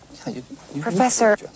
Professor